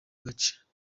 gace